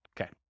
Okay